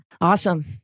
Awesome